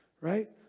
right